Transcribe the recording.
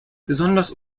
besonders